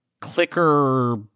clicker